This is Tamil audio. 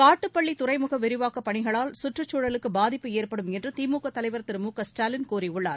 காட்டுப்பள்ளி துறைமுக விரிவாக்கப் பணிகளால் சுற்றுச்சூழலுக்கு பாதிப்பு ஏற்படும் என்று திமுக தலைவர் திரு மு க ஸ்டாலின் கூறியுள்ளார்